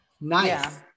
Nice